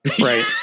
Right